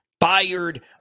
fired